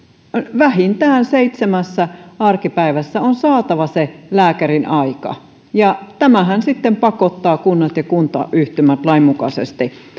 vähintään seitsemässä arkipäivässä on saatava lääkäriin aika tämähän sitten pakottaa kunnat ja kuntayhtymät lainmukaisesti